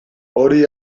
hori